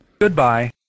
goodbye